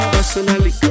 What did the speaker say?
Personally